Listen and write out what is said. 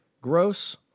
gross